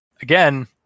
Again